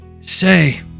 Say